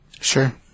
Sure